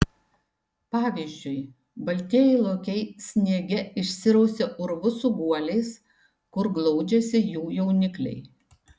pavyzdžiui baltieji lokiai sniege išsirausia urvus su guoliais kur glaudžiasi jų jaunikliai